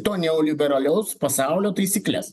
to neoliberaliaus pasaulio taisykles